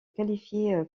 qualifier